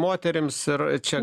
moterims ir čia